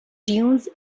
dunes